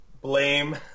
blame